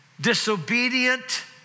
disobedient